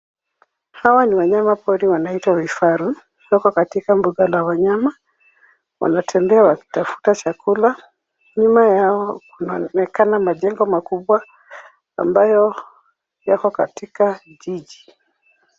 Hawa ni wanyama pori wanaoitwa vifaru. Wako katika mbuga la wanyama. Wanatembea wakitafuta chakula, nyuma yao kunaonekana majengo makubwa ambayo yako katika jiji.